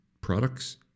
products